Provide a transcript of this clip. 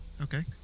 Okay